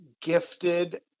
gifted